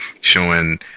showing